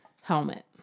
helmet